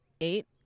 eight